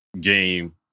game